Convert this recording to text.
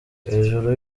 hejuru